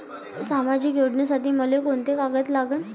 सामाजिक योजनेसाठी मले कोंते कागद लागन?